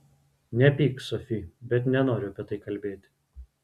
nepyk sofi bet nenoriu apie tai kalbėti